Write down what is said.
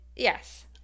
Yes